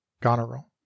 goneril